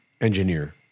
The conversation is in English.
engineer